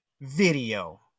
video